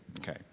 Okay